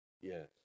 Yes